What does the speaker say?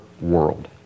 world